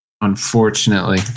Unfortunately